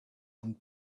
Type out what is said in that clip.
and